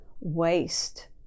waste